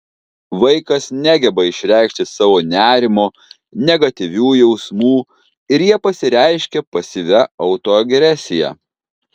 vaikas negeba išreikšti savo nerimo negatyvių jausmų ir jie pasireiškia pasyvia autoagresija